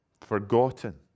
Forgotten